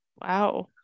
Wow